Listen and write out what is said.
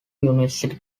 university